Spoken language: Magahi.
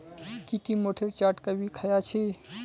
की टी मोठेर चाट कभी ख़या छि